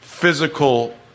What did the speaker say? physical